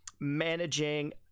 managing